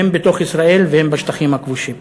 הן בתוך ישראל והן בשטחים הכבושים.